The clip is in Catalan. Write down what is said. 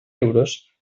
euros